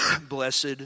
Blessed